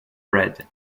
bred